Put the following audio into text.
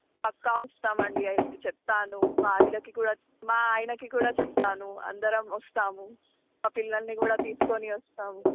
పక్కా వస్తాం అండీ అయితే చెప్తాను మా ఆవిడకి కూ మా ఆయనకీ కూడా చెప్తాను అందరం వస్తాము మా పిల్లల్ని కూడా తీసుకుని వస్తాము